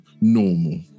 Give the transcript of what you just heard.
normal